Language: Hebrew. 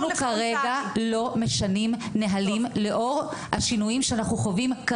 אנחנו כרגע לא משנים נהלים לאור השינויים שאנחנו חווים.